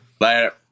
later